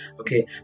Okay